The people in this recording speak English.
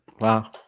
Wow